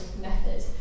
method